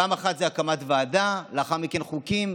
פעם אחת זה הקמת ועדה, לאחר מכן חוקים,